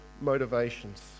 motivations